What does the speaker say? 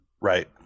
Right